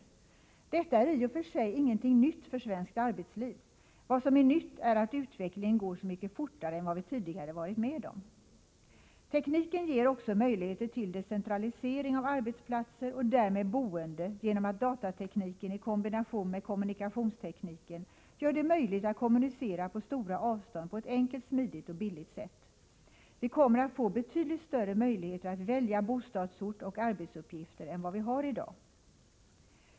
Arbetstid och ledig Detta är i och för sig ingenting nytt för svenskt arbetsliv. Vad som är nyttär — het att utvecklingen går så mycket fortare än vad vi tidigare varit med om. Tekniken ger också möjligheter till decentralisering av arbetsplatser och därmed boende, genom att datatekniken i kombination med kommunikationstekniken gör det möjligt att kommunicera på stora avstånd på ett enkelt, smidigt och billigt sätt. Vi kommer att få betydligt större möjligheter att välja bostadsort och arbetsuppgifter än vad vi har i dag.